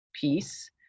piece